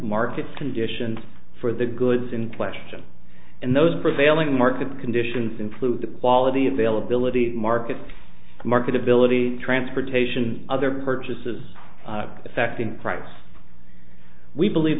market conditions for the goods in question and those prevailing market conditions include the quality of alle ability markets marketability transportation other purchases affecting price we believe